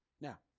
Now